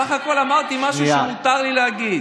בסך הכול אמרתי משהו שמותר לי להגיד.